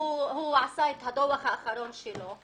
הוא עשה את הדוח האחרון שלו,